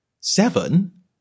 Seven